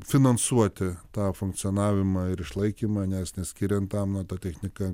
finansuoti tą funkcionavimą ir išlaikymą nes neskiriant tam nu ta technika